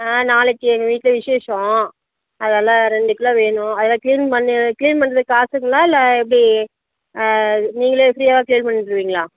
ஆ நாளைக்கு எங்கள் வீட்டில் விஷேசம் அதனால ரெண்டு கிலோ வேணும் அதுதான் க்ளீன் பண்ணி வே க்ளீன் பண்ணுறதுக்கு காசுங்களா இல்லை எப்படி நீங்களே ஃப்ரீயாக க்ளீன் பண்ணி தருவீங்களா